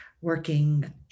working